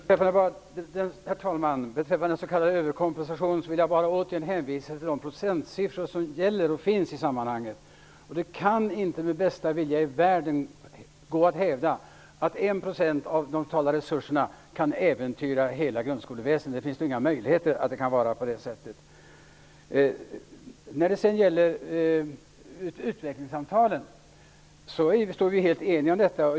Herr talman! Beträffande den s.k. överkompensationen vill jag återigen hänvisa till de procentsiffror som finns i sammanhanget. Det går inte med bästa vilja i världen att hävda att 1 % av de totala resurserna kan äventyra hela grundskoleväsendet. Det finns inte någon möjlighet att det kan vara på det sättet. Vad sedan gäller utvecklingssamtalen står vi helt eniga.